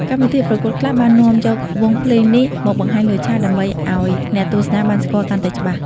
កម្មវិធីប្រកួតខ្លះបាននាំយកវង់ភ្លេងនេះមកបង្ហាញលើឆាកដើម្បីឲ្យអ្នកទស្សនាបានស្គាល់កាន់តែច្បាស់។